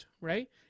right